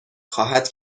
خواهد